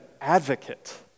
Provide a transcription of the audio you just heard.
advocate